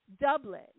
Dublin